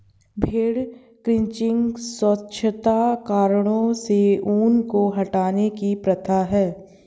भेड़ क्रचिंग स्वच्छता कारणों से ऊन को हटाने की प्रथा है